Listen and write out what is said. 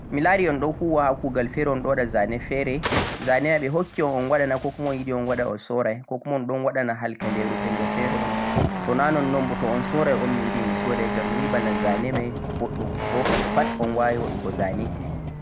milaari on ɗo huwa kuugal feere on ɗo waɗa ''zane'' feere, ''zane'' ɓe hokki un nah 'ko kuma' un yiɗi on waɗa un soorray 'ko kuma' on ɗo waɗa na halkaleeru pelle feere un, to na nonnon um boo to un soorray un miyiɗi mi sooday ngam miyi ''zane'' may booɗɗum, boo on pat un waawi waɗugo ''zane''